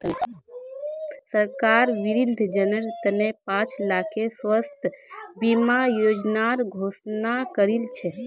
सरकार वृद्धजनेर त न पांच लाखेर स्वास्थ बीमा योजनार घोषणा करील छ